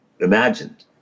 imagined